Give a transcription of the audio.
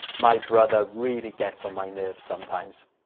my brother really gets on my nerves sometimes.